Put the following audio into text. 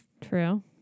True